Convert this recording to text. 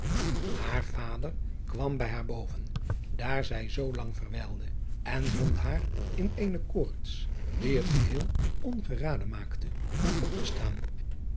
aar vader kwam bij haar boven daar zij zoolang verwijlde en vond haar in eene koorts die het geheel ongeraden maakte om op te staan